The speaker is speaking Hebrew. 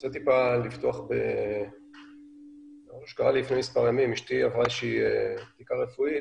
רוצה לפתוח בדוגמה של אישה שהבדיקה רפואית,